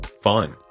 fun